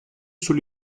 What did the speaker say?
sul